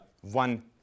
one